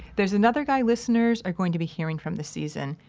there's another guy listeners are going to be hearing from this season.